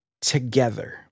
together